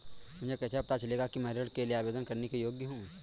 मुझे कैसे पता चलेगा कि मैं ऋण के लिए आवेदन करने के योग्य हूँ?